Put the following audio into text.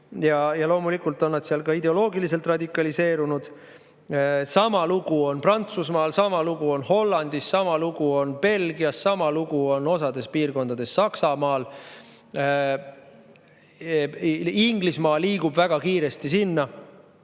Loomulikult on nad seal ka ideoloogiliselt radikaliseerunud. Sama lugu on Prantsusmaal, sama lugu on Hollandis, sama lugu on Belgias, sama lugu on osa piirkondades Saksamaal. Inglismaa liigub väga kiiresti sinna.